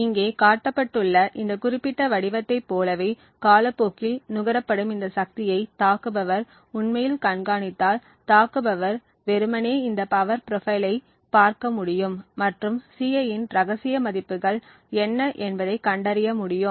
இங்கே காட்டப்பட்டுள்ள இந்த குறிப்பிட்ட வடிவத்தைப் போலவே காலப்போக்கில் நுகரப்படும் இந்த சக்தியை தாக்குபவர் உண்மையில் கண்காணித்தால் தாக்குபவர் வெறுமனே இந்த பவர் ப்ரொபைலைப் பார்க்க முடியும் மற்றும் Ci இன் ரகசிய மதிப்புகள் என்ன என்பதைக் கண்டறிய முடியும்